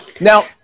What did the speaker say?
Now